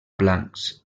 blancs